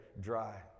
dry